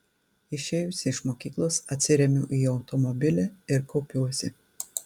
išėjusi iš mokyklos atsiremiu į automobilį ir kaupiuosi